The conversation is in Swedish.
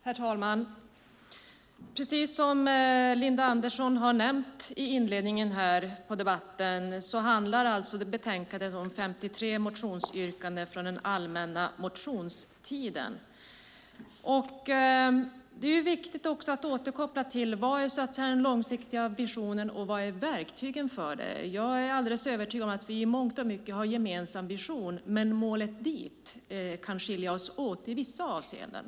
Herr talman! Precis som Linda Andersson nämnde i sitt anförande handlar betänkandet om 53 motionsyrkanden från allmänna motionstiden. Det är viktigt att återkoppla till vad den långsiktiga visionen är och vilka verktygen är för att nå dit. Jag är övertygad om att vi i mångt och mycket har en gemensam vision, men vägen dit kan skilja oss åt i visas avseenden.